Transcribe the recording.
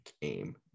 game